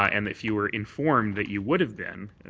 ah and if you were informed that you would have been,